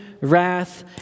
wrath